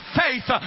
faith